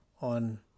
on